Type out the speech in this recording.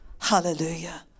Hallelujah